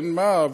אין מה,